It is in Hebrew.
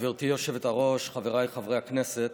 גברתי היושבת-ראש, חבריי חברי הכנסת,